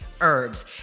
herbs